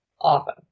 Often